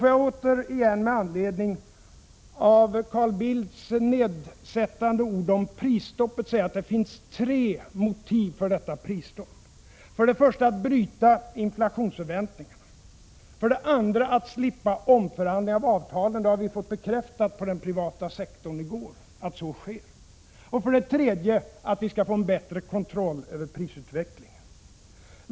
Låt mig återigen beröra Carl Bildts nedsättande ord om de åtgärder som regeringen vidtar och säga att det finns tre motiv för prisstoppet: för det första att bryta inflationsförväntningarna, för det andra att slippa omförhandlingar av avtalen — från den privata sektorn fick vi i går bekräftat att så sker — och för det tredje att vi skall få en bättre kontroll över prisutvecklingen.